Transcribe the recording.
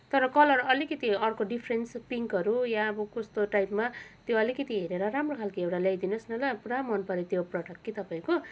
तर कलर अलिकति अर्को डिफ्रेन्ट पिङ्कहरू या अब कस्तो टाइपमा त्यो अलिकति हेरेर राम्रो खालको एउटा ल्याइदिनुहोस् न ल पुरा मन पऱ्यो त्यो प्रडक्ट कि तपाईँको